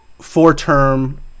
four-term